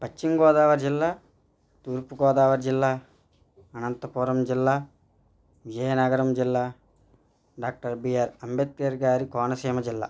పశ్చిమ గోదావరి జిల్లా తూర్పు గోదావరి జిల్లా అనంతపురం జిల్లా విజయనగరం జిల్లా డాక్టర్ బిఆర్ అంబేద్కర్గారి కోనసీమ జిల్లా